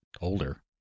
older